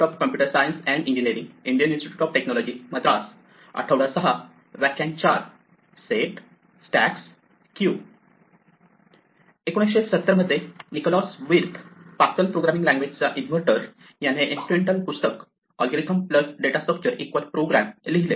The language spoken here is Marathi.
1970 मध्ये Niklaus Wirth Pascal programming language चा इन्व्हेंटर याने इन्फ्लूएंटिअल पुस्तक algorithm plus data structure equal program लिहिले